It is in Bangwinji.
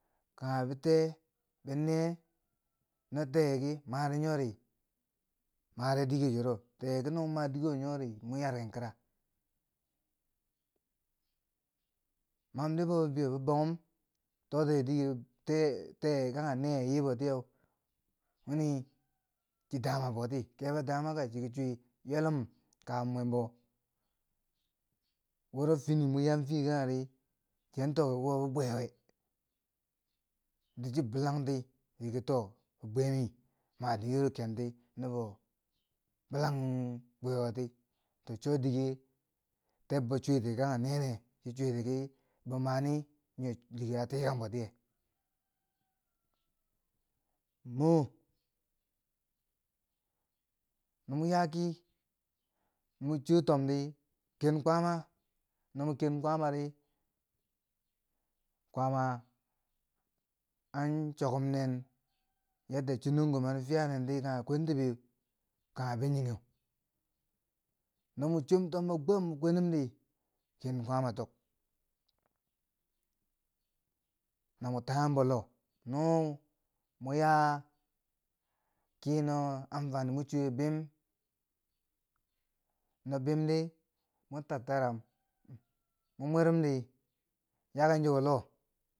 Kanghe bi tee bi nee, no tee ki mare yori, mare dike churo, teeki no mo ma dikewo nyori, mwan yarken kraa man di bo bibieyo, bo bonghum bi totiri dike tee kanghe nee yii botiyeu, muni chi dama boti, kebo damaka, chiki cwii ywellum kabum mwmbor, wuro fini mo yaam fiye kangheri, chiyan tokki wo bibwe we? dii chi blangti chiki too bibwe mi ma dikero kenti, mnbo blang bwewom ti, to cho dike tebbo cwiti kanghe nene, chi cwiiti ki bo mani dike a tikang bo tiyeu mo no mo yaa kii mwa cho tom di ken kwama no mun ken kwama ri kwama an chikomnen yadda chinongko mana fiyanentiye kage kwantibe kanghe bininghew. No mo chom tombo gkwam mun kwenum di, ken kwaama tok, na mo taa yaambo loh, no mo yaa kii no amfani mwa chuweu bwim, no bwim di mon tattaram mo mwenum di yaaken chiko loh.